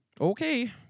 Okay